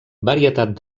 varietat